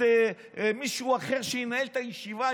מישהו אחר שינהל את הישיבה.